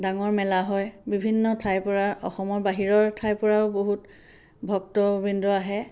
ডাঙৰ মেলা হয় বিভিন্ন ঠাইৰপৰা অসমৰ বাহিৰৰ ঠাইৰপৰাও বহুত ভক্তবৃন্দ আহে